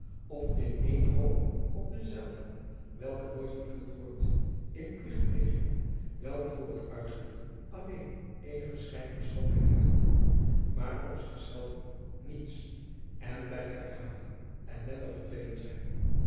of in eene hoop op dezelve welke nooit vervuld wordt in pligtplegingen welke adriaan loosjes pzn het leven van maurits lijnslager voor het uiterlijke alleen eenigen schijn van schoonheid hebben maar op zich zelve niets en bij herhaling ellendig vervelend zijn